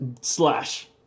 Slash